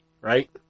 right